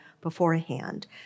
beforehand